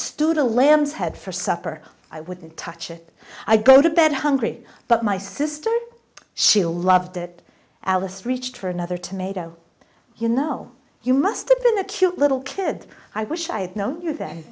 stood a lamb's head for supper i wouldn't touch it i go to bed hungry but my sister she loved it alice reached for another tomato you know you must've been the cute little kid i wish i had known you that